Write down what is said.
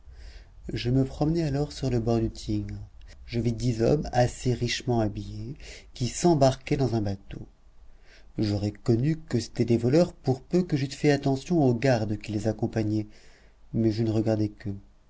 je me promenais alors sur le bord du tigre je vis dix hommes assez richement habillés qui s'embarquaient dans un bateau j'aurais connu que c'étaient des voleurs pour peu que j'eusse fait attention aux gardes qui les accompagnaient mais je ne regardai qu'eux